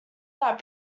that